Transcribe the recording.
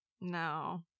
No